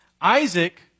Isaac